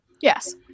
Yes